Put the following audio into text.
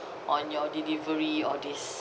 on your delivery all this